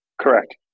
Correct